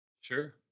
sure